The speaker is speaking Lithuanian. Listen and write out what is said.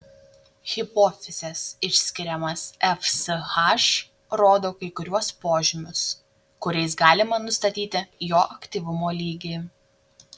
hipofizės išskiriamas fsh rodo kai kuriuos požymius kuriais galima nustatyti jo aktyvumo lygį